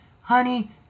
Honey